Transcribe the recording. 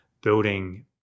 building